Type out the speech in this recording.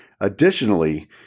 Additionally